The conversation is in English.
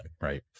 Right